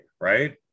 right